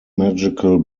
magical